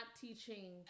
teaching